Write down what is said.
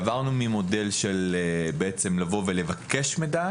עברנו ממודל של לבקש מידע,